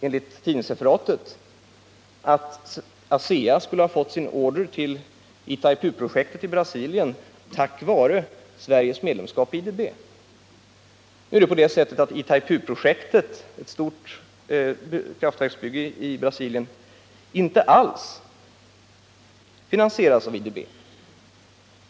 Enligt tidningsreferatet sade han då att ASEA fick sin order till Itaipuprojektet i Brasilien tack vare Sveriges medlemskap i IDB. Men Itaipuprojektet — ett stort kraftverksbygge i Brasilien — finansieras inte alls av IDB.